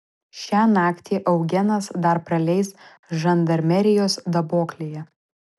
šią naktį eugenas dar praleis žandarmerijos daboklėje